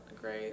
great